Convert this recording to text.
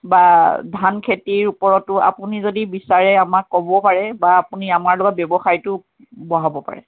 বা ধানখেতিৰ ওপৰতো আপুনি যদি বিচাৰে আমাক ক'ব পাৰে বা আপুনি আমাৰ লগত ব্যৱসায়টো বঢ়াব পাৰে